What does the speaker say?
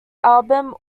album